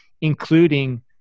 including